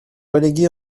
relégués